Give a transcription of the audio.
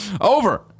Over